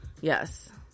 Yes